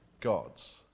God's